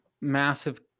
massive